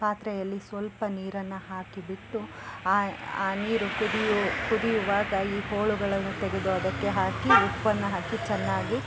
ಪಾತ್ರೆಯಲ್ಲಿ ಸ್ವಲ್ಪ ನೀರನ್ನು ಹಾಕಿ ಬಿಟ್ಟು ಆ ಆ ನೀರು ಕುದಿಯು ಕುದಿಯುವಾಗ ಈ ಹೋಳುಗಳನ್ನು ತೆಗೆದು ಅದಕ್ಕೆ ಹಾಕಿ ಉಪ್ಪನ್ನು ಹಾಕಿ ಚೆನ್ನಾಗಿ